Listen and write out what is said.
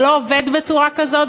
זה לא עובד בצורה כזו.